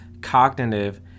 cognitive